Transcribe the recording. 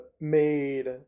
made